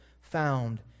found